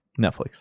Netflix